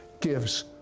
gives